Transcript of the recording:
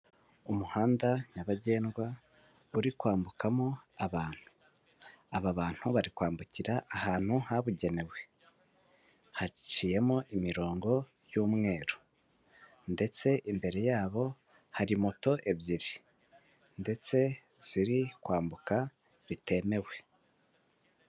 Umuhanda nyabagendwa uri kwambukamo abantu, aba bantu bari kwambukira ahantu habugenewe, haciyemo imirongo y'umweru ndetse imbere yabo hari moto ebyiri ndetse ziri kwambuka bitemewe.